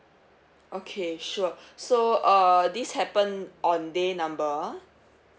okay sure so uh this happened on day number